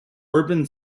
urban